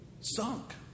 Sunk